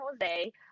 Jose